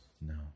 No